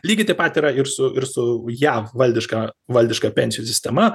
lygiai taip pat yra ir su ir su jav valdiška valdiška pensijų sistema